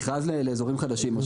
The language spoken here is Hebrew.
מכרז לאזורים חדשים.